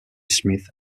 smith